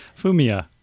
Fumia